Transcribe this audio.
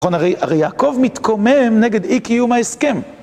נכון? הרי יעקב מתקומם נגד אי קיום ההסכם.